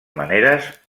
maneres